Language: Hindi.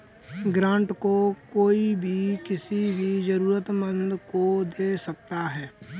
ग्रांट को कोई भी किसी भी जरूरतमन्द को दे सकता है